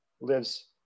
lives